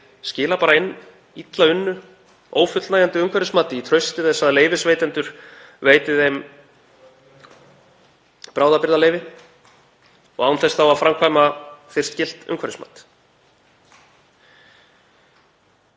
skila bara inn illa unnu og ófullnægjandi umhverfismati í trausti þess að leyfisveitendur veiti þeim bráðabirgðaleyfi og án þess að framkvæma fyrst gilt umhverfismat.